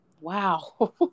Wow